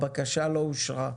הבקשה לא אושרה.